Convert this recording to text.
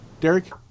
Derek